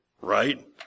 right